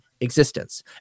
existence